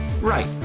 Right